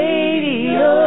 Radio